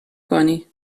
کنی